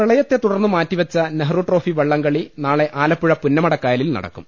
പ്രളയത്തെതുടർന്ന് മാറ്റിവെച്ച നെഹ്റു ട്രോഫി വള്ളംകളി നാളെ ആലപ്പുഴ പുന്നമടക്കായലിൽ നടക്കും